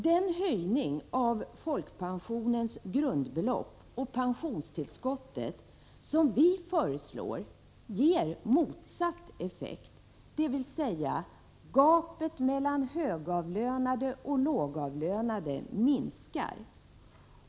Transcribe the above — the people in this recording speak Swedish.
Den höjning av folkpensionens grundbelopp och pensionstillskottet som vi föreslår ger motsatt effekt, dvs. gapet mellan högavlönade och lågavlönade minskar.